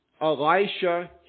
Elisha